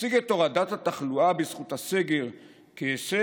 להציג את הורדת התחלואה בזכות הסגר כהישג,